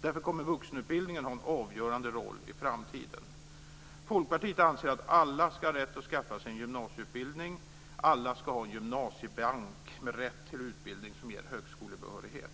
Därför kommer vuxenutbildningen att ha en avgörande roll i framtiden. Folkpartiet anser att alla ska ha rätt att skaffa sig en gymnasieutbildning. Alla ska ha tillgång till en gymnasiebank med rätt till utbildning som ger högskolebehörighet.